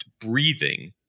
breathing